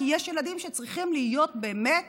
כי יש ילדים שצריכים להיות באמת